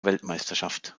weltmeisterschaft